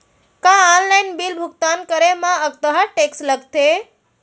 का online bill भुगतान करे मा अक्तहा टेक्स लगथे?